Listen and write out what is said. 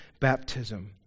baptism